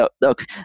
look